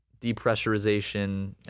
depressurization